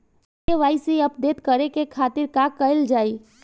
KYC update करे के खातिर का कइल जाइ?